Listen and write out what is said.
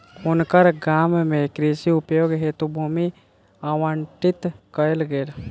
हुनकर गाम में कृषि उपयोग हेतु भूमि आवंटित कयल गेल